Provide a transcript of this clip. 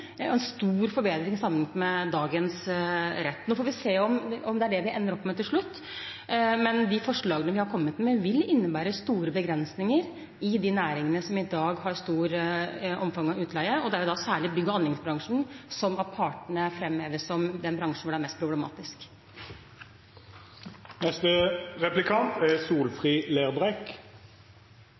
og en stor forbedring sammenlignet med dagens rett. Nå får vi se om det er det vi ender opp med til slutt, men de forslagene vi har kommet med, vil innebære store begrensninger i de næringene som i dag har stort omfang av utleie. Det er særlig bygg- og anleggsbransjen som av partene framheves som den bransjen hvor det er mest problematisk. Ein berekraftig velferdsstat er